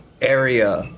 area